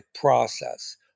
process